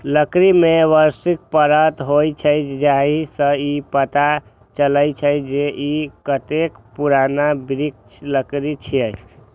लकड़ी मे वार्षिक परत होइ छै, जाहि सं ई पता चलै छै, जे ई कतेक पुरान वृक्षक लकड़ी छियै